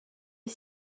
est